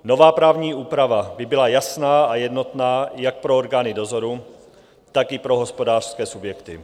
Nová právní úprava by byla jasná a jednotná jak pro orgány dozoru, tak i pro hospodářské subjekty.